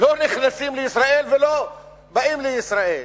לא נכנסים לישראל ולא באים לישראל.